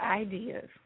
ideas